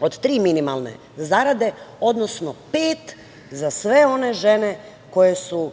od tri minimalne zarade, odnosno pet za sve one žele koje su